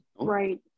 Right